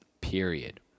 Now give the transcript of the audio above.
period